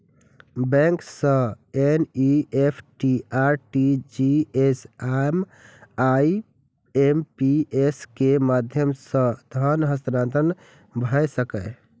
bank सं NEFT, RTGS, IMPS के माध्यम सं धन हस्तांतरण भए सकैए